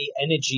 energy